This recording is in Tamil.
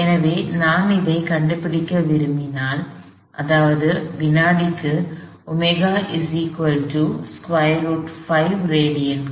எனவே நான் இதைக் கண்டுபிடிக்க விரும்பினால் அதாவது அதாவது வினாடிக்கு ω √5 ரேடியன்கள்